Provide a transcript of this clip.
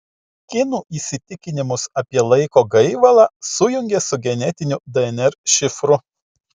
kinų įsitikinimus apie laiko gaivalą sujungė su genetiniu dnr šifru